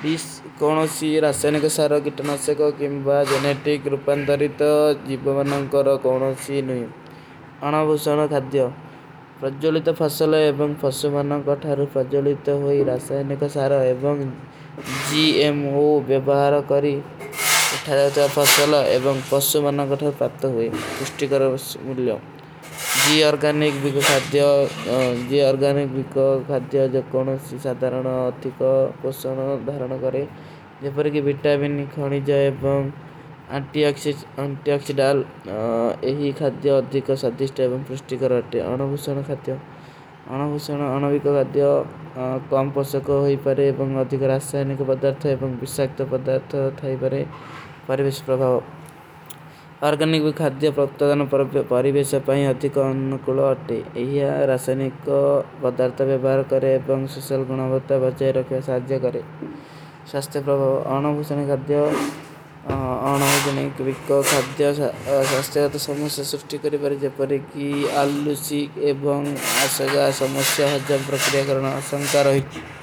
ପୀସ କୋନୋଶୀ ରାଶାଯନେ କା ସାରା ଗିଟନା ସେଖୋ କିମ୍ବା ଜେନେଟିକ ରୁପନ ତରୀତ ଜୀପମନନ କରୋ କୋନୋଶୀ ନହୀଂ। ଅନାଵନିକ ଖାଈବା ଖାଈବା ମାଧେର ଅନନେ କା ବାତ ଥେଗା ଚେକ। ଅନାଵନିକ ଖାଈବା ଖାଈବା ମାଧେର ଅନନେ କା ବାତ ଥେଗା ଚେକ। ଅନାଵନିକ ଖାଈବା ଖାଈବା ମାଧେର ନହୀଂ।